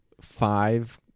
five